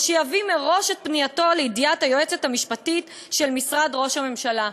או שיביא מראש את פנייתו לידיעת היועצת המשפטית של משרד ראש הממשלה".